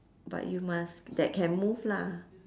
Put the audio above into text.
but you must that can move lah